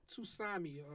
tsunami